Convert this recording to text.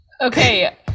okay